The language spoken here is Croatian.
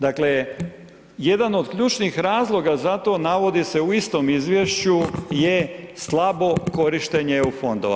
Dakle, jedan od ključnih razloga za to navodi se u istom izvješću je slabo korištenje EU fondova.